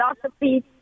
philosophy